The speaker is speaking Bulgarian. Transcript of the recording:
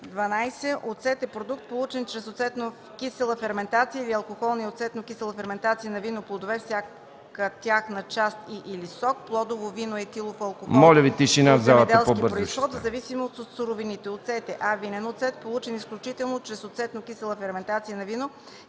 „12. „Оцет” е продукт, получен чрез оцетно-кисела ферментация или алкохолна и оцетно-кисела ферментация на вино, плодове (всяка тяхна част и/или сок), плодово вино и етилов алкохол от земеделски произход. В зависимост от суровините, оцетът е: а) „винен оцет”, получен изключително чрез оцетно-кисела ферментация на вино